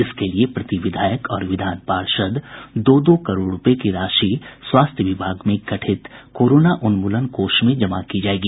इसके लिए प्रति विधायक और विधान पार्षद दो दो करोड़ रूपये की राशि स्वास्थ्य विभाग में गठित कोरोना उन्मूलन कोष में जमा की जायेगी